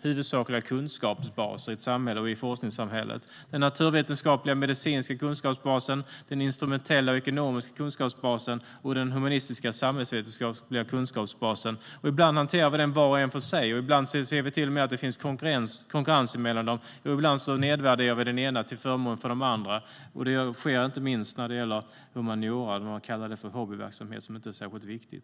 huvudsakliga kunskapsbaser i ett samhälle och i forskningssamhället: den naturvetenskapliga och medicinska kunskapsbasen, den instrumentella och ekonomiska kunskapsbasen och den humanistiska och samhällsvetenskapliga kunskapsbasen. Ibland hanterar vi dem var och en för sig, och ibland ser vi till och med att det finns konkurrens mellan dem. Ibland nedvärderar vi den ena till förmån för de andra, och det sker inte minst när det gäller humaniora när man kallar det för en hobbyverksamhet som inte är särskilt viktig.